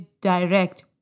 direct